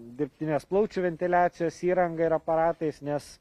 dirbtinės plaučių ventiliacijos įranga ir aparatais nes